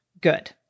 good